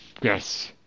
Yes